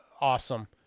awesome